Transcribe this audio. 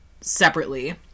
separately